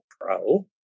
pro